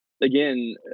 again